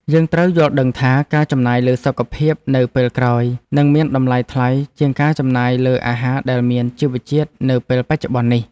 យើងត្រូវយល់ដឹងថាការចំណាយលើសុខភាពនៅពេលក្រោយនឹងមានតម្លៃថ្លៃជាងការចំណាយលើអាហារដែលមានជីវជាតិនៅពេលបច្ចុប្បន្ននេះ។